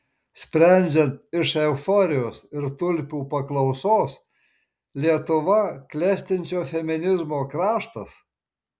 sprendžiant iš euforijos ir tulpių paklausos lietuva klestinčio feminizmo kraštas